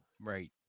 Right